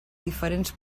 diferents